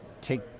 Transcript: take